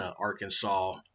Arkansas